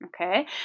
okay